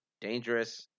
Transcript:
dangerous